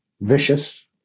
vicious